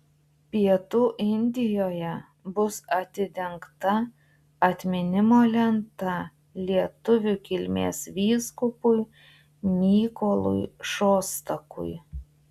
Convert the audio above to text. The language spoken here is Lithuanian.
pietų indijoje bus atidengta atminimo lenta lietuvių kilmės vyskupui mykolui šostakui